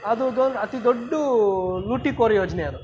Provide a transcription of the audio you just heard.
ಅದು ದೊ ಅತಿ ದೊಡ್ಡ ಲೂಟಿಕೋರ ಯೋಜನೆ ಅದು